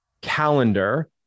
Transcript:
calendar